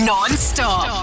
Non-stop